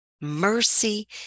mercy